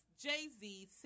Jay-Z